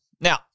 Now